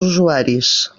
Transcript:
usuaris